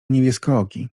niebieskooki